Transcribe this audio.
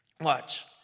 watch